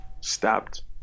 stabbed